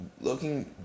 looking